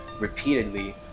repeatedly